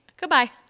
Goodbye